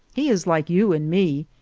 he is like you and me,